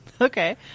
Okay